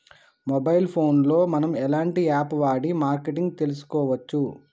Mobile phone లో మనం ఎలాంటి యాప్ వాడి మార్కెటింగ్ తెలుసుకోవచ్చు?